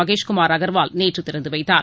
மகேஷ்குமார் அகர்வால் நேற்று திறந்து வைத்தார்